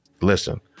Listen